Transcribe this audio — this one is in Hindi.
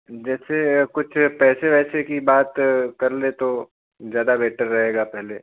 जैसे कुछ पैसे वैसे की बात कर लें तो ज़्यादा बेटर रहेगा पहले